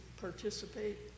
participate